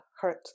hurt